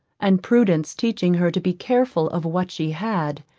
and prudence teaching her to be careful of what she had,